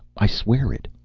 i swear it!